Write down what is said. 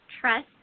trust